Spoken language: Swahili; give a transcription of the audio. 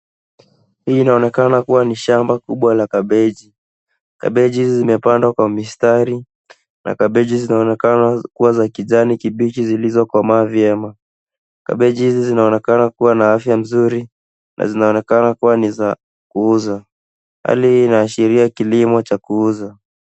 Hii inaonekana kuwa ni shamba kubwa la kabichi. Kabichi hizi zimepandwa kwa mistari na kabichi zinaonekana kuwa za kijani kibichi zilizokomaa vyema. Kabichi hizi zinaonekana kuwa na afya nzuri na zinaonekana kuwa ni za kuuza. Hali hii inaashiria kilimo cha kuuza.